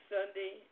Sunday